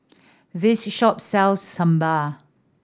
this shop sells Sambal